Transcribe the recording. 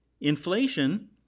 Inflation